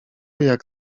jak